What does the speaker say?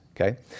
okay